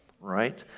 right